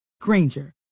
Granger